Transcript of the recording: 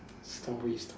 stories stor~